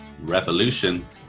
revolution